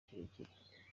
kirekire